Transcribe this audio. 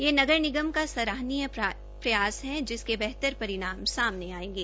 यह नगर निगम का सराहनीय प्रसास है जिसके बेहतर परिणाम सामने आयेंगे